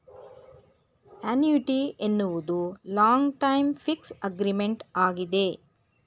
annuity ಎನ್ನುವುದು long time fix agreement ಆಗಿದೆ